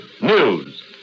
news